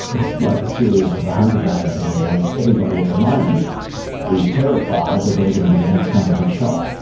it's like a series of the hunger games in there when everybody at the moment is terrified that they're going to be the next one to be shot.